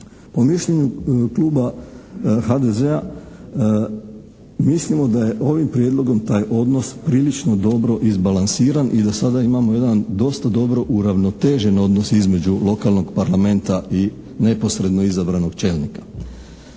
Po mišljenju Kluba HDZ-a mislimo da je ovim Prijedlogom taj odnos prilično dobro izbalansiran i da sada imamo jedan dosta dobro uravnotežen odnos između lokalnog parlamenta i neposredno izabranog čelnika.